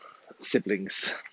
siblings